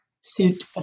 suit